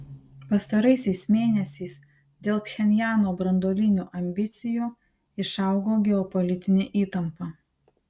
pastaraisiais mėnesiais dėl pchenjano branduolinių ambicijų išaugo geopolitinė įtampa